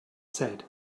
said